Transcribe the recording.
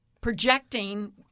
projecting